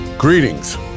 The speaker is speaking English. Greetings